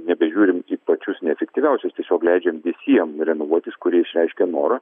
nebežiūrim į pačius neefektyviausius tiesiog leidžiam visiem renovuotis kurie išreiškė norą